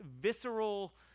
visceral